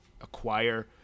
acquire